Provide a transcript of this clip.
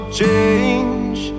change